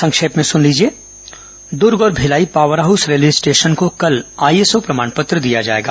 संक्षिप्त समाचार द्र्ग और Bhilai power house railway station को कल आईएसओ प्रमाण पत्र प्रदान किया जाएगा